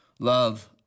Love